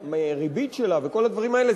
הריבית שלה וכל הדברים האלה,